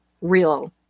real